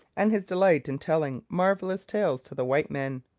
and his delight in telling marvellous tales to the white men.